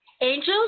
Angels